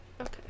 Okay